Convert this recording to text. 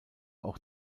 auch